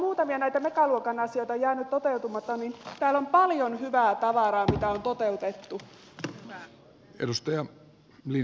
vaikka muutamia näitä megaluokan asioita on jäänyt toteutumatta niin täällä on paljon hyvää tavaraa mitä on toteutettu